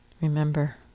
remember